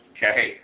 Okay